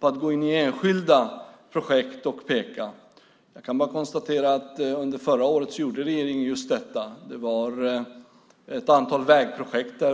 Jag kan konstatera att regeringen under förra året gjorde just detta.